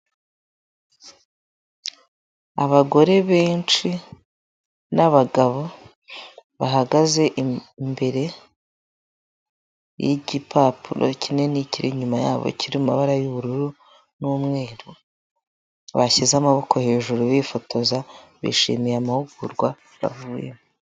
Abagore benshi n'abagabo bahagaze imbere y'igipapuro kinini kiri inyuma ya bo kiri mu mabara y'ubururu n'umweru, bashyize amaboko hejuru bifotoza bishimiye amahugurwa bavuyemo.